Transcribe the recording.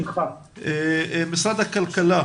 יעקב וכטל,